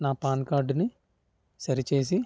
నా పాన్కార్డుని సరిచేసి